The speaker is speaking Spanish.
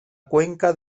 cuenca